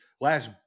last